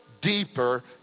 deeper